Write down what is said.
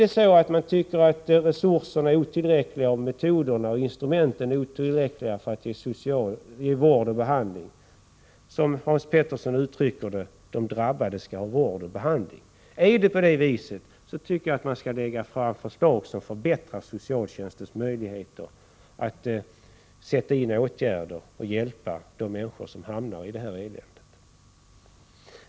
Tycker man att resurserna är otillräckliga och att metoderna och instrumenten inte räcker till för vård och behandling — Hans Petersson i Röstånga sade ju att de drabbade skall ha vård och behandling — bör man lägga fram förslag som förbättrar socialtjänstens möjligheter att sätta in åtgärder och hjälpa de människor som hamnar i det här eländet.